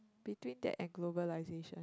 between that and globalization